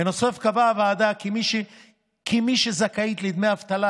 בנוסף קבעה הוועדה כי מי שזכאית לדמי אבטלה